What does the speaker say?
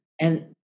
and-